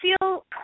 feel